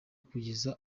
kugeza